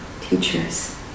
teachers